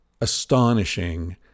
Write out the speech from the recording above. astonishing